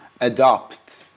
adopt